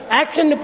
action